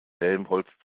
helmholtz